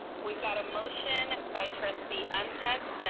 we've got a motion by trustee ah um ntuk,